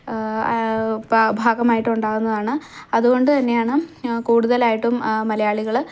ഭാഗമായിട്ടുണ്ടാവുന്നതാണ് അതുകൊണ്ടുതന്നെയാണ് കൂടുതലായിട്ടും മലയാളികൾ